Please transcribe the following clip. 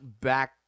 back